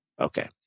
Okay